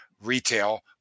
retail